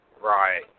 right